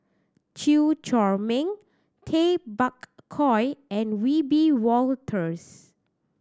Chew Chor Meng Tay Bak Koi and Wiebe Wolters